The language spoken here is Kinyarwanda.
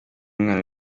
umwana